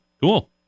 Cool